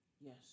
yes